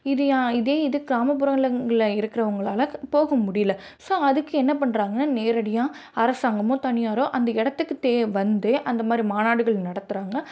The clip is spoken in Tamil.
இது ஏன் இதே இது கிராமப்புறங்கள்ல இருக்குறவங்களால போக முடியலை ஸோ அதுக்கு என்ன பண்ணுறாங்க நேரடியாக அரசாங்கமோ தனியாரோ அந்த இடத்துக்கு தே வந்து அந்த மாதிரி மாநாடுகள் நடத்துகிறாங்க